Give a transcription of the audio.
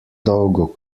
dolgo